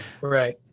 Right